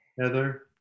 Heather